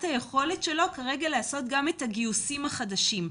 יכולתו כרגע לעשות גם את הגיוסים החדשים.